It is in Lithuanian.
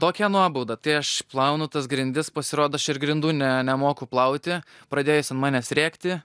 tokia nuobauda tai aš plaunu tas grindis pasirodo aš ir grindų ne nemoku plauti pradėjo jis an manęs rėkti